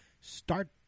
start